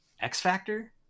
X-Factor